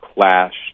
clashed